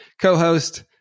co-host